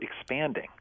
expanding